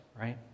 right